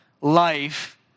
life